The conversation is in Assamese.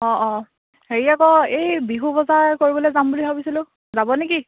অঁ অঁ হেৰি আকৌ এই বিহু বজাৰ কৰিবলে যাম বুলি ভাবিছিলোঁ যাব নেকি